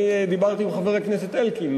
דיברתי עם חבר הכנסת אלקין.